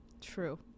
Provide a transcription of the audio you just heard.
True